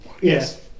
Yes